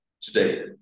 today